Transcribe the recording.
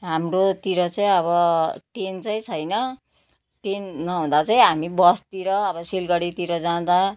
हाम्रोतिर चाहिँ अब ट्रेन चाहिँ छैन ट्रेन नहुँदा चाहिँ हामी बसतिर अब सिलगडीतिर जाँदा